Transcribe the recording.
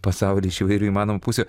pasaulį iš įvairių įmanomų pusių